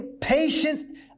patience